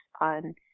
on